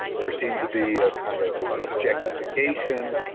there seemed to be a kind of objectification,